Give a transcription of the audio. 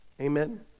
Amen